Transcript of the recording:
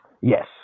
Yes